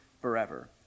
forever